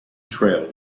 trail